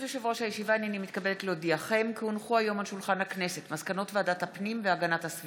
ואני מצרף את חברת הכנסת אימאן ח'טיב